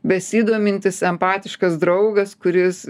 besidomintis empatiškas draugas kuris